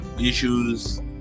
issues